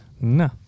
No